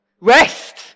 rest